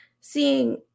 seeing